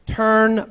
turn